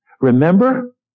Remember